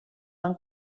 van